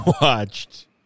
watched